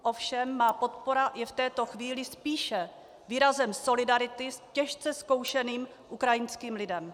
Ovšem má podpora je v této chvíli spíše výrazem solidarity s těžce zkoušeným ukrajinským lidem.